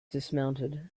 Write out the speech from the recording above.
dismounted